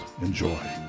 Enjoy